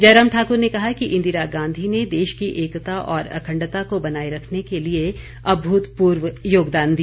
जयराम ठाकुर ने कहा कि इंदिरा गांधी ने देश की एकता और अखंडता को बनाए रखने के लिए अभूतपूर्व योगदान दिया